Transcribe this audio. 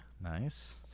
nice